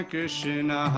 Krishna